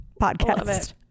podcast